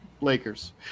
Lakers